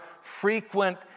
frequent